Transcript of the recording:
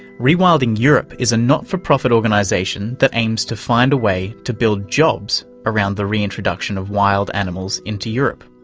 rewilding europe is a not-for-profit organisation that aims to find a way to build jobs around the reintroduction of wild animals into europe,